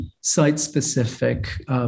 site-specific